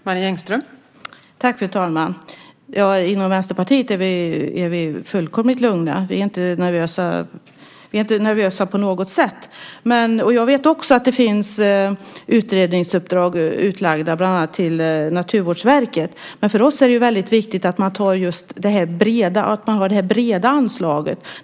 Fru talman! Inom Vänsterpartiet är vi fullkomligt lugna. Vi är inte nervösa på något sätt. Jag vet också att det finns utredningsuppdrag utlagda, bland annat till Naturvårdsverket. Men för oss är det väldigt viktigt att man har det breda anslaget.